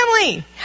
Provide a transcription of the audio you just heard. family